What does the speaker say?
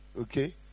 okay